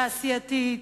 תעשייתית,